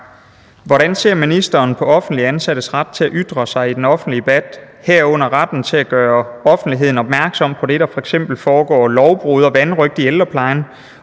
Hvordan ser ministeren på offentligt ansattes ret til at ytre sig i den offentlige debat, herunder retten til at gøre offentligheden opmærksom på det, når der f.eks. foregår lovbrud og vanrøgt i ældreplejen,